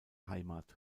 heimat